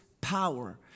power